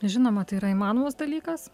žinoma tai yra įmanomas dalykas